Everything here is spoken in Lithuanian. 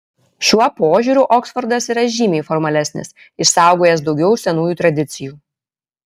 šiuo požiūriu oksfordas yra žymiai formalesnis išsaugojęs daugiau senųjų tradicijų